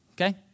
Okay